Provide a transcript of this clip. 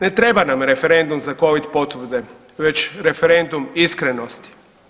Ne treba nam referendum za covid potvrde već referendum iskrenosti.